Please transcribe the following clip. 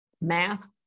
Math